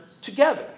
together